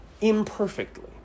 imperfectly